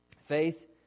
Faith